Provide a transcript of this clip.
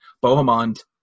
Bohemond